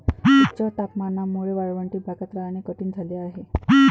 उच्च तापमानामुळे वाळवंटी भागात राहणे कठीण झाले आहे